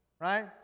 right